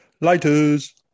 lighters